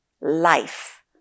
life